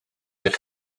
eich